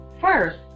first